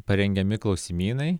parengiami klausimynai